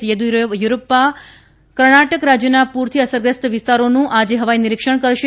યેદીયુરપ્પા રાજ્યના પૂરથી અસરગ્રસ્ત વિસ્તારોનું આજે હવાઈ નિરિક્ષણ કરશે